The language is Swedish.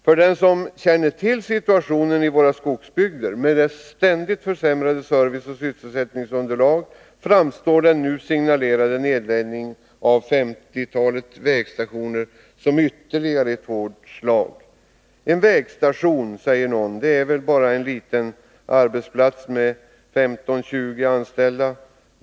För den som känner till situationen i våra skogsbygder, med deras ständigt försämrade serviceoch sysselsättningsunderlag, framstår den nu signalerade nedläggningen av femtiotalet vägstationer som ytterligare ett hårt slag. Någon säger kanske att en vägstation bara är en liten arbetsplats, med 15-20 anställda.